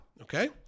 okay